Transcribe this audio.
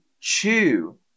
chew